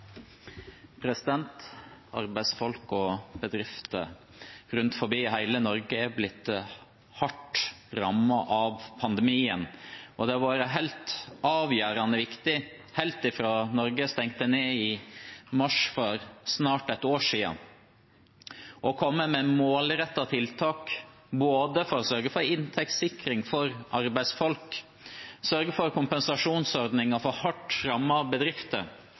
blitt hardt rammet av pandemien, og det har vært helt avgjørende viktig, helt fra Norge stengte ned i mars for snart et år siden, å komme med målrettede tiltak, for både å sørge for inntektssikring for arbeidsfolk, å sørge for kompensasjonsordninger for hardt rammede bedrifter